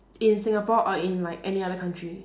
in Singapore or in like any other country